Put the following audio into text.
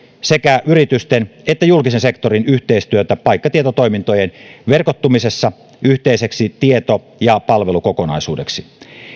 sekä yritysten että julkisen sektorin yhteistyötä paikkatietotoimintojen verkottamisessa yhteiseksi tieto ja palvelukokonaisuudeksi